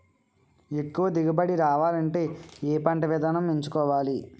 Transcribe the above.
ఎక్కువ దిగుబడి రావాలంటే ఏ పంట విధానం ఎంచుకోవాలి?